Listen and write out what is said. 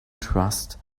trust